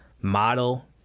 model